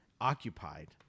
Occupied